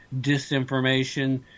disinformation